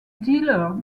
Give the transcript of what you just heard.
dealer